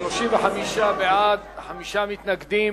35 בעד, חמישה מתנגדים.